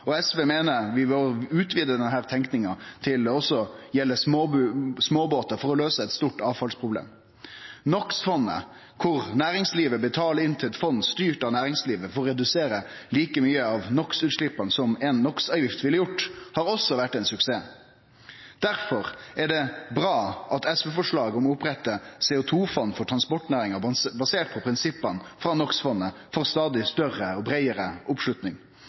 og SV meiner vi bør utvide denne tenkinga til også å gjelde småbåtar for å løyse eit stort avfallsproblem. NO x -fondet, der næringslivet betaler inn til eit fond styrt av næringslivet for å redusere like mykje av NO x -utsleppa som ei NO x -avgift ville gjort, har òg vore ein suksess. Difor er det bra at SV-forslaget om å opprette CO 2 -fond for transportnæringa basert på prinsippa frå NO x -fondet får stadig større og breiare oppslutning.